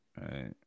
Right